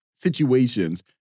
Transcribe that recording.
situations